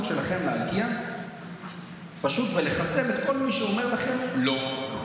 שלכם להגיע פשוט ולחסל את כל מי שאומר לכם לא,